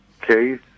case